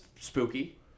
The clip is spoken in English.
spooky